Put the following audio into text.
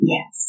Yes